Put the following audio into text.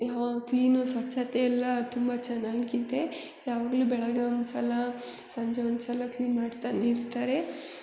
ಯಾವ ಕ್ಲೀನು ಸ್ವಚ್ಛತೆಯಲ್ಲ ತುಂಬ ಚೆನ್ನಾಗಿದೆ ಯಾವಾಗಲೂ ಬೆಳಗ್ಗೆ ಒಂದು ಸಲ ಸಂಜೆ ಒಂದು ಸಲ ಕ್ಲೀನ್ ಮಾಡ್ತಲೇ ಇರ್ತಾರೆ